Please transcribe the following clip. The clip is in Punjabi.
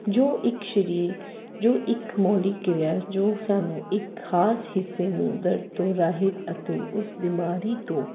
ਜੋ ਇੱਕ ਸਰੀਰ ਜੋ ਇੱਕ ਮੌਲਿਕ ਕਿਰਿਆ ਜੋ ਸਾਨੂੰ ਇੱਕ ਖ਼ਾਸ ਹਿੱਸੇ ਨੂੰ ਦਰਦ ਤੋਂ ਰਹਿਤ ਅਤੇ ਉਸ ਬਿਮਾਰੀ ਤੋਂ